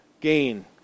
Gain